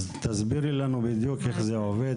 אז תסבירי לנו בדיוק איך זה עובד.